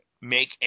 make